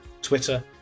Twitter